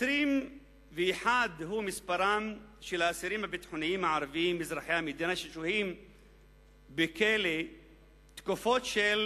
21 הוא מספרם של האסירים הביטחוניים הערבים ששוהים בכלא תקופות של